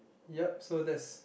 yup so that's